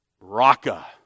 raka